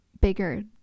bigger